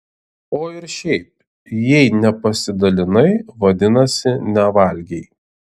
o ir šiaip jei nepasidalinai vadinasi nevalgei